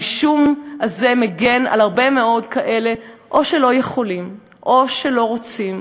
הרישום הזה מגן על הרבה מאוד כאלה שאו שלא יכולים או שלא רוצים,